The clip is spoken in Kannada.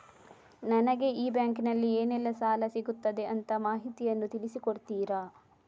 ನನಗೆ ಈ ಬ್ಯಾಂಕಿನಲ್ಲಿ ಏನೆಲ್ಲಾ ಸಾಲ ಸಿಗುತ್ತದೆ ಅಂತ ಮಾಹಿತಿಯನ್ನು ತಿಳಿಸಿ ಕೊಡುತ್ತೀರಾ?